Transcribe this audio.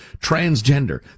transgender